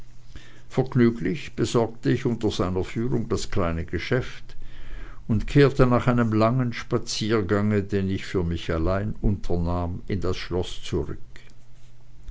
vergnüglich besorgte ich unter seiner führung das kleine geschäft und kehrte nach einem langen spaziergange den ich für mich allein unternahm in das schloß zurück